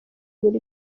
buryo